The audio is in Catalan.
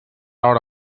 hora